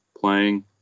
playing